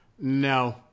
No